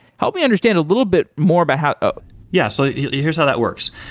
help me understand a little bit more about how ah yeah, so yeah yeah here's how that works.